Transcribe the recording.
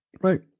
Right